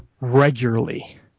regularly